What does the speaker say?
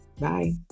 bye